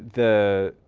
the